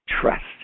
trust